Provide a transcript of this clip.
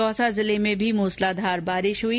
दौसा जिले में भी मूसलाधार बारिश हुई